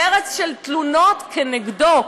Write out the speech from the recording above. פרץ של תלונות נגדו.